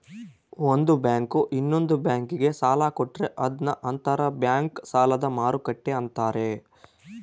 ಒಂದು ಬ್ಯಾಂಕು ಇನ್ನೊಂದ್ ಬ್ಯಾಂಕಿಗೆ ಸಾಲ ಕೊಟ್ರೆ ಅದನ್ನ ಅಂತರ್ ಬ್ಯಾಂಕ್ ಸಾಲದ ಮರುಕ್ಕಟ್ಟೆ ಅಂತಾರೆ